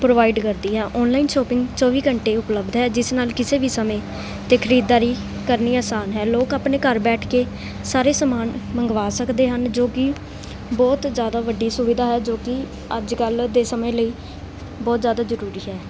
provide ਕਰਦੀ ਆ online shopping ਚੌਵੀ ਘੰਟੇ ਉਪਲਬਧ ਹੈ ਜਿਸ ਨਾਲ ਕਿਸੇ ਵੀ ਸਮੇਂ 'ਤੇ ਖਰੀਦਦਾਰੀ ਕਰਨੀ ਆਸਾਨ ਹੈ ਲੋਕ ਆਪਣੇ ਘਰ ਬੈਠ ਕੇ ਸਾਰੇ ਸਮਾਨ ਮੰਗਵਾ ਸਕਦੇ ਹਨ ਜੋ ਕਿ ਬਹੁਤ ਜ਼ਿਆਦਾ ਵੱਡੀ ਸੁਵਿਧਾ ਹੈ ਜੋ ਕਿ ਅੱਜ ਕੱਲ੍ਹ ਦੇ ਸਮੇਂ ਲਈ ਬਹੁਤ ਜ਼ਿਆਦਾ ਜ਼ਰੂਰੀ ਹੈ